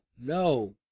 no